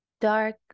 dark